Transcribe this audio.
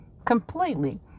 Completely